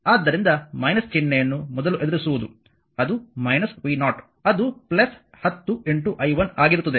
ಆದ್ದರಿಂದ ಚಿಹ್ನೆಯನ್ನು ಮೊದಲು ಎದುರಿಸುವುದು ಅದು v0 ಅದು 10 i1 ಆಗಿರುತ್ತದೆ